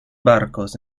barcos